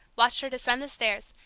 watched her descend the stairs,